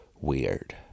weird